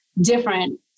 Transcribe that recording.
different